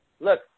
Look